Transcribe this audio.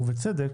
ובצדק,